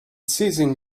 seizing